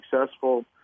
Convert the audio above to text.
successful